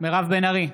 מירב בן ארי,